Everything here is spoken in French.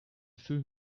feu